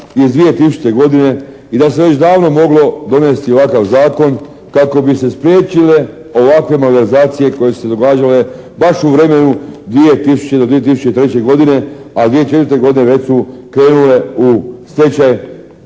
iz 2000. godine i da se već davno moglo donesti ovakav zakon kako bi se spriječile ovakve malverzacije koje su se događale baš u vremenu 2000. do 2003. godine, a 2004. godine već su krenule u stečaj